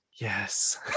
yes